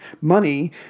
money